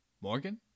morgan